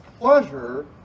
pleasure